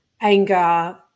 anger